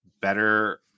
better